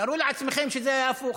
תארו לעצמכם שזה היה הפוך.